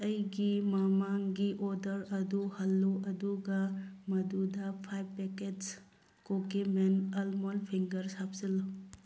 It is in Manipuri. ꯑꯩꯒꯤ ꯃꯃꯥꯡꯒꯤ ꯑꯣꯗꯔ ꯑꯗꯨ ꯍꯜꯂꯨ ꯑꯗꯨꯒ ꯃꯗꯨꯗ ꯐꯥꯏꯕ packets Cookie Man almond fingers ꯍꯥꯞꯆꯤꯜꯂꯨ